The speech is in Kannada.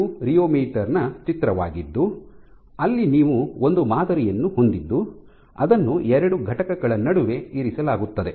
ಇದು ರಿಯೊಮೀಟರ್ ನ ಚಿತ್ರವಾಗಿದ್ದು ಅಲ್ಲಿ ನೀವು ಒಂದು ಮಾದರಿಯನ್ನು ಹೊಂದಿದ್ದು ಅದನ್ನು ಎರಡು ಘಟಕಗಳ ನಡುವೆ ಇರಿಸಲಾಗುತ್ತದೆ